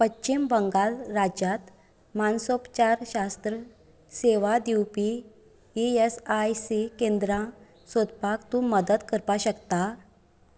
पश्चीम बंगाल राज्यांत मानसोपचार शास्त्र सेवा दिवपी ई एस आय सी केंद्रां सोदपाक तूं मदत करपा शकता